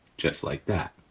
just like that,